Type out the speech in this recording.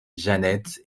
jeannette